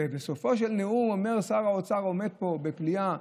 ובסופו של נאום אומר שר האוצר, עומד פה בפליאה,